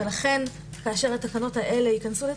לכן כשהתקנות האלה ייכנסו לתוקף,